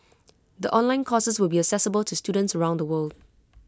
the online courses will be accessible to students around the world